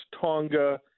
Tonga